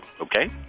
okay